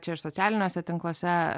čia ir socialiniuose tinkluose